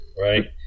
right